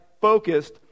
focused